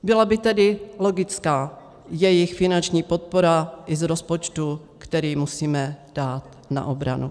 Byla by tedy logická jejich finanční podpora i z rozpočtu, který musíme dát na obranu.